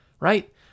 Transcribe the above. Right